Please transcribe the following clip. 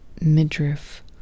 midriff